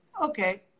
Okay